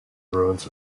ruins